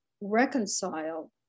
reconcile